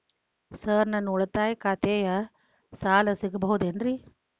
Sir ನನ್ನ ಉಳಿತಾಯ ಖಾತೆಯ ಸಾಲ ಸಿಗಬಹುದೇನ್ರಿ?